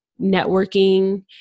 networking